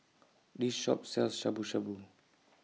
This Shop sells Shabu Shabu